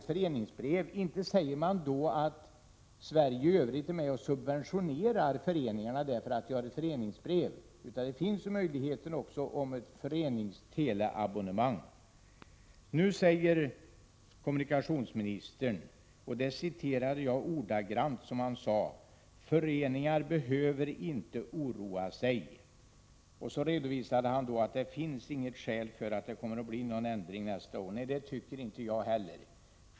Man säger inte att Sverige i övrigt subventionerar föreningarna därför att de kan använda föreningsbrev, och därför borde det finnas möjlighet att införa ett föreningsteleabonnemang. Kommunikationsministern säger nu att föreningarna inte behöver oroa sig och framhåller att det inte finns något skäl att tro att det kommer att bli en ändring nästa år. Nej, det tycker inte jag heller.